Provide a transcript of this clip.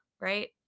right